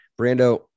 Brando